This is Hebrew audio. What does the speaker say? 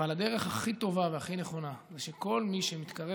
אבל הדרך הכי טובה והכי נכונה זה שכל מי שמתקרב,